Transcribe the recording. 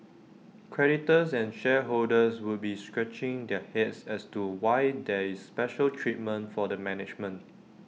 creditors and shareholders would be scratching their heads as to why there is special treatment for the management